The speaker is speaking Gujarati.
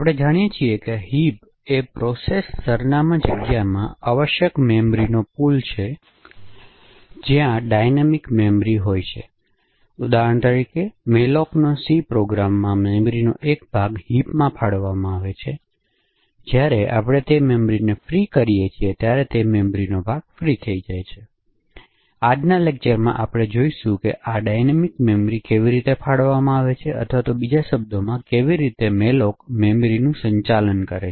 આપણે જાણીએ છીએ કે હિપ એ પ્રોસેસ સરનામાં જગ્યામાં આવશ્યક મેમરીનો પૂલ છે જ્યાં ડાઇનૈમિક મેમરી રહે છે ઉદાહરણ તરીકે mallocનો સી પ્રોગ્રામમાં મેમરીનો એક ભાગ હિપમાં ફાળવવામાં આવે છે અને જ્યારે આપણે તે મેમરીને ફ્રી કરીએ છીએ ત્યારે મેમરીનો ભાગ ફ્રી થઈ જાય છે તેથી આજના લેક્ચરમાં આપણે જોઈશું કે આ ડાઇનેમિક મેમરી કેવી રીતે ફાળવવામાં આવે છે અથવા બીજા શબ્દોમાં કેવી રીતે malloc મેમરીનું સંચાલન કરે છે